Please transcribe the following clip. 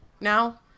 now